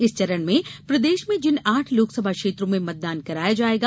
इस चरण में प्रदेश में जिन आठ लोकसभा क्षेत्रों में मतदान कराया जायेगा